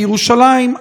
בירושלים,